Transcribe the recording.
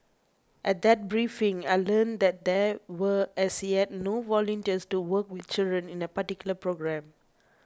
at that briefing I learnt that there were as yet no volunteers to work with children in a particular programme